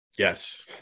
Yes